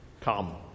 Come